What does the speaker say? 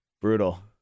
Brutal